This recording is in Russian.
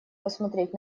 посмотреть